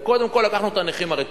וקודם כול לקחנו את הנכים הרתוקים.